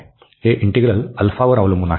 हे इंटीग्रल अल्फावर अवलंबून आहे